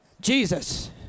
Jesus